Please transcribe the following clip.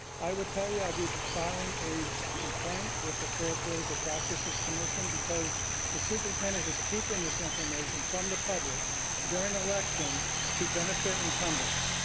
i will tell you, i'll be be filing a complaint with the fair political practices commission because the superintendent is keeping this information from the public during an election to benefit incumbents.